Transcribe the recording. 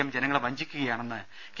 M ജനങ്ങളെ വഞ്ചിക്കുകയാണെന്ന് K